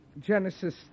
Genesis